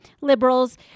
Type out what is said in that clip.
liberals